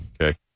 Okay